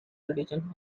tradition